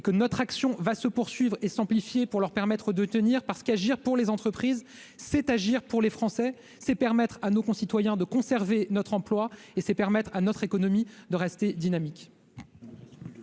et que notre action va se poursuivre et s'amplifier pour leur permettre de tenir parce qu'agir pour les entreprises, c'est agir pour les Français, c'est permettre à nos concitoyens de conserver notre emploi et c'est permettre à notre économie de rester dynamique.